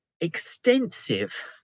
extensive